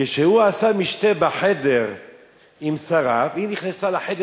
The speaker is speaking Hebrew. כשהוא עשה משתה בחדר עם שריו היא נכנסה לחדר